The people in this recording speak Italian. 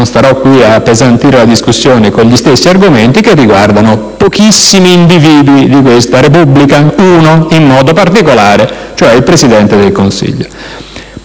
non starò qui ad appesantire la discussione con gli stessi argomenti - che riguardano pochissimi individui di questa Repubblica: uno in modo particolare, cioè il Presidente del Consiglio.